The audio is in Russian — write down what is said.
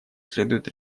следует